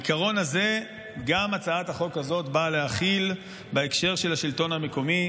את העיקרון הזה הצעת החוק הזאת באה להחיל בהקשר של השלטון המקומי,